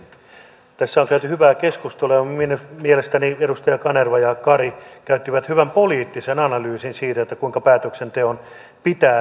tässä on käyty hyvää keskustelua ja mielestäni edustajat kanerva ja kari tekivät hyvän poliittisen analyysin siitä kuinka päätöksenteon pitää mennä